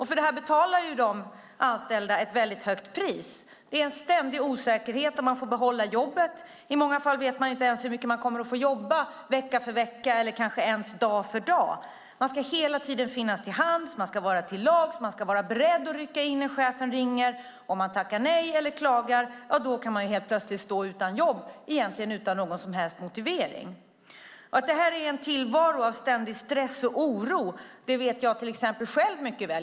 För detta betalar de anställda ett väldigt högt pris. Det är en ständig osäkerhet om man får behålla jobbet. I många fall vet man inte ens hur mycket man kommer att få jobba vecka för vecka eller kanske ens dag för dag. Man ska hela tiden finnas till hands, och man ska till lags. Man ska vara beredd att rycka in när chefen ringer. Om man tackar nej eller klagar kan man plötsligt stå utan jobb utan egentligen någon som helst motivering. Att detta är en tillvaro av ständig stress och oro vet till exempel jag själv mycket väl.